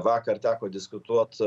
vakar teko diskutuot